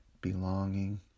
belonging